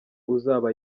uzaba